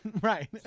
Right